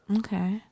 okay